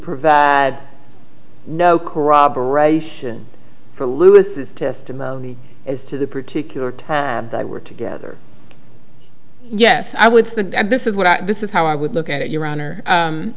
provide no corroboration for lewis's testimony as to the particular time we're together yes i would say this is what this is how i would look at it your honor